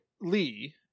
Lee